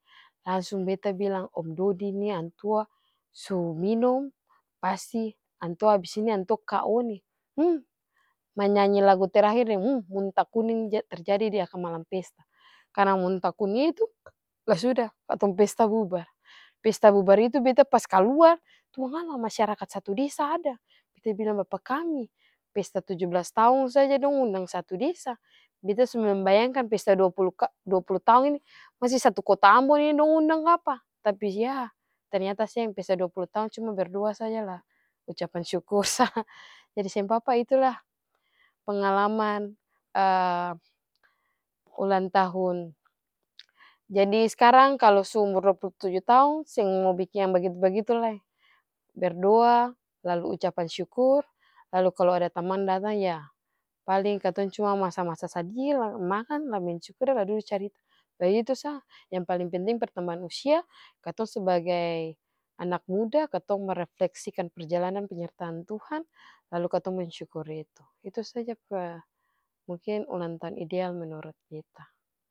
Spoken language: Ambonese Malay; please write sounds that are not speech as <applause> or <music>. Langsung beta bilang om dody nih antua su minom pasti antua abis ini antua ko ini <hesitation> manyanyi lagu terakhir deng munta kuning te-terjadi diakang pesta, karna munta kuning itu <noise> lah suda katong pesta bubar, pesta bubar itu beta pas kaluar tuangalla masyarakat satu desa ada, beta bilang bapa kami pesta tuju blas taong saja dong undang satu desa beta su membayangkan pesta dua pulu taong ini pasti satu kota ambon ini dong undang kaapa tapi yah ternyata seng pesta dua pulu taong cuma berdoa saja lah ucapan syukur sah <laughs> jadi seng papa itulah pengalaman <hesitation> ulang tahun. Jadi skarang kalu su umur dua pul tuju taong seng mau biking yang bagitu-bagitu lai, berdoa lalu ucapan syukur, lalu kalu ada tamang datang yah paling katong cuma masa-masa sadiki lah makan lah mensyukuri lah dudu carita, bagitu sa yang paling penting pertambahan usia katong sebagai anak muda katong merefleksikan perjalanan penyertaan tuhan lalu katong mensyukuri itu, itu saja par mungkin ulang tahun ideal menurut beta.